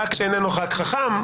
ח"כ שאיננו ח"כ חכם,